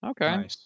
Okay